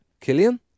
Killian